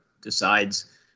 decides